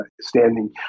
standing